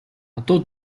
адуу